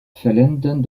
fehlenden